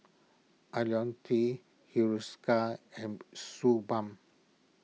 Ionil T Hiruscar and Suu Balm